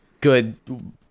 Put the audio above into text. good